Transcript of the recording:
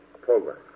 program